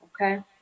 okay